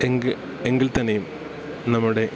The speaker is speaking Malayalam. എങ്കിൽത്തന്നെയും നമ്മുടെ